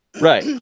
right